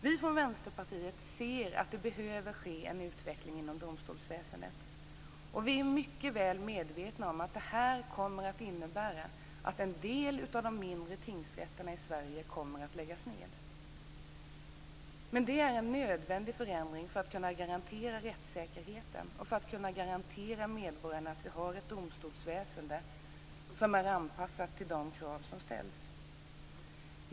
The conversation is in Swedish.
Vi från Vänsterpartiet ser att det behöver ske en utveckling inom domstolsväsendet, och vi är mycket väl medvetna om att det kommer att innebära att en del av de mindre tingsrätterna i Sverige kommer att läggas ned. Men det är en nödvändig förändring för att vi ska kunna garantera rättssäkerheten och för att vi ska kunna garantera medborgarna ett domstolsväsende som är anpassat till de krav som ställs.